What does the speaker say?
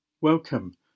Welcome